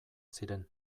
ziren